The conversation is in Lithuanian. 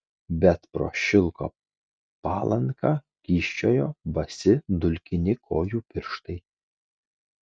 bet pro šilko palanką kyščiojo basi dulkini kojų pirštai